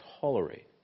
tolerate